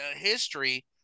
history